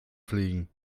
fliegen